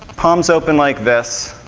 palms open like this.